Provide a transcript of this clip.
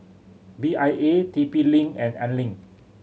B I A T P Link and Anlene